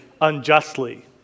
unjustly